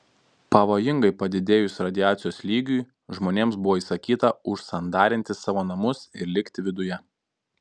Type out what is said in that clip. pavojingai padidėjus radiacijos lygiui žmonėms buvo įsakyta užsandarinti savo namus ir likti viduje